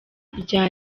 rya